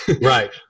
Right